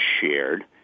shared